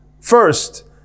First